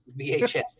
VHS